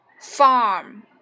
farm